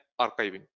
archiving